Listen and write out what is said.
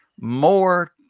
more